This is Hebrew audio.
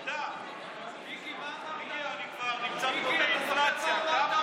היחיד שאני רואה פה, אדוני היושב-ראש, זאת צביעות.